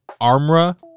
Armra